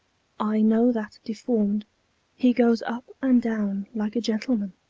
i know that deformed he goes up and down like a gentleman.